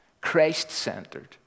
Christ-centered